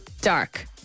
Dark